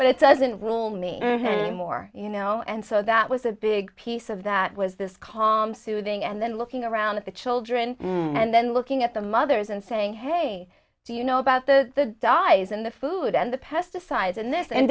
but it doesn't rule me anymore you know and so that was a big piece of that was this calm sitting and then looking around at the children and then looking at the mothers and saying hey do you know about the dyes and the food and the pesticides and this and